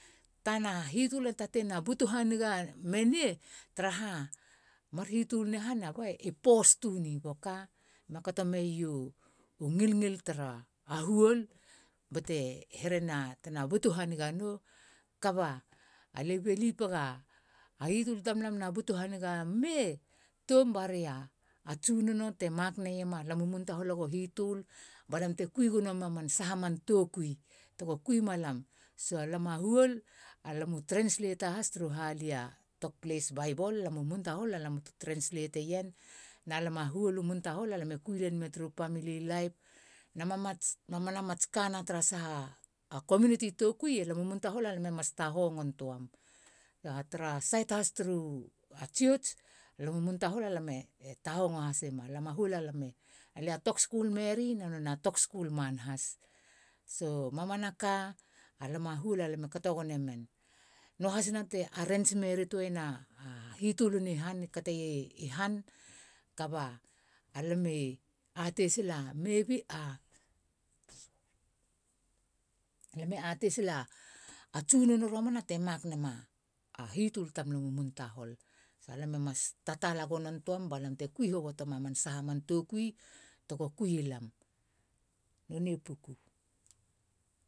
Tana hitol ema tatein butu haniga menei taraha mar hitol ni han, alöe i pos tunei, boka, kato mei u ngilngil tara huol bete herena tena butu haniga nou kaba lie bilipega a hitol tamlam na butu haniga mei toum barea tsunono te mak neiema alam u moun tahol ego hitol balam te kui gono mem a man saha man toukui tego kui malam. So alam a huol, alam u trenslata has turu halia tokples baibol. Lam u mountahol alam tu trensleteien na lam u mountahol e kui len mia turu pamili laip na mamana matska na tara saha a komuniti tokuina, alam u mountahol alam e tahongon nitöam. Ga tara sait has turu tsiots, lam u mountahol alam tahongo hasim. Alam u mountahol, alia a tokskul meri na nonei a tok skul man. So, mamanaka alam a huol a lam e kato gone men. Noa hasina te areits merit uana a hitöluna i han, kaba alami atei sila alami atei sila tsunono romana te mak nema a hitol tamlam u mountahol. Sa lam e mas tataala gonon töam balam te kui hoboto ma man saha man tokui togo kui lam. Nonei puku.